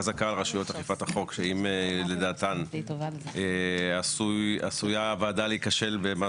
חזקה על רשויות אכיפת החוק שאם לדעתם עשויה הוועדה להיכשל או